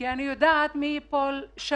לאן אנחנו הולכים.